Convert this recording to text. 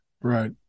Right